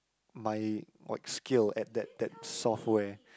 my like skill at that that software